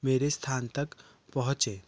मेरे स्थान तक पहुँचे